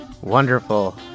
wonderful